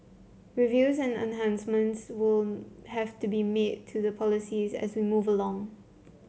reviews and enhancements will have to be made to the policies as we move along